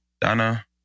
Donna